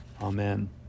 Amen